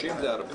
30 זה הרבה.